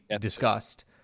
discussed